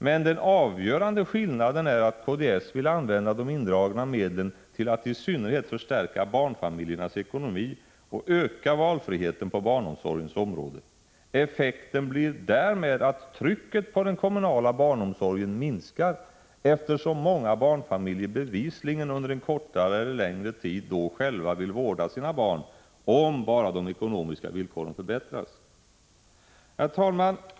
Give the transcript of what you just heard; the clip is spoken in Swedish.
Men den avgörande skillnaden är att kds vill använda de indragna medlen till att i synnerhet förstärka barnfamiljernas ekonomi och öka valfriheten på barnomsorgens område. Effekten blir därmed att trycket på den kommunala barnomsorgen minskar, eftersom många barnfamiljer bevisligen under en kortare eller längre tid själva vill vårda sina barn om bara de ekonomiska villkoren förbättras. Herr talman!